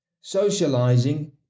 Socializing